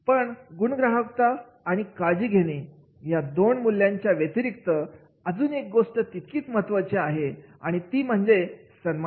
पण गुणग्राहकता आणि काळजी घेणे या दोन मूल्यांच्या व्यतिरिक्त अजून एक गोष्ट तितकीच महत्त्वाची आहे ती म्हणजे सन्मान